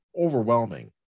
overwhelming